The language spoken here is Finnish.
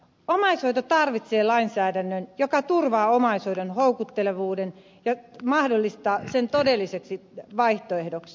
omaishoito tarvitsee lainsäädännön joka turvaa omaishoidon houkuttelevuuden ja mahdollistaa sen todelliseksi vaihtoehdoksi